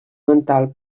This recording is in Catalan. mental